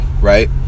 right